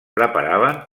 preparaven